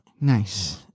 Nice